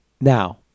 now